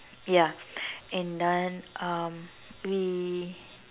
ya and then um we